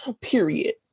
Period